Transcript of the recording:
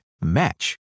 match